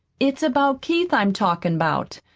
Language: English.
it's about keith i'm talkin' about.